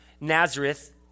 Nazareth